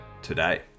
today